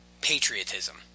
patriotism